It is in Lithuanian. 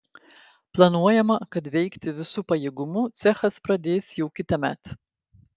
planuojama kad veikti visu pajėgumu cechas pradės jau kitąmet